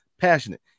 passionate